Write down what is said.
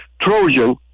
Trojan